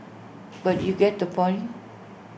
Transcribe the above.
but you get the point